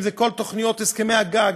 אם זה כל תוכניות הסכמי הגג,